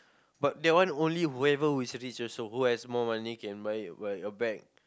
but that one only whoever who is rich also who has more money can buy buy a bag